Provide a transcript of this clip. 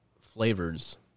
flavors